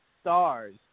Stars